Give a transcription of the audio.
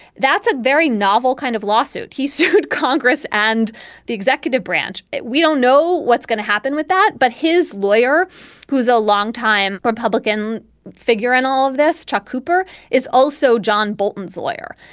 that's a very novel kind of lawsuit. he sued congress and the executive branch. we don't know what's going to happen with that but his lawyer who's a longtime republican figure in all of this chuck cooper is also john bolton's lawyer.